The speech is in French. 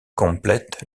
complète